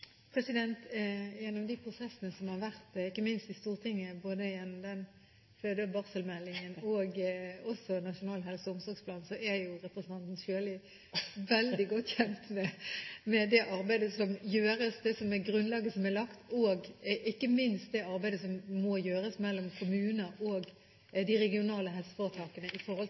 Gjennom de prosessene som har vært ikke minst i Stortinget gjennom meldingen om fødsels- og barselomsorg og også Nasjonal helse- og omsorgsplan, er representanten Sjøli veldig godt kjent med det arbeidet som gjøres, det grunnlaget som er lagt, og ikke minst med det arbeidet som må gjøres mellom kommuner og de regionale helseforetakene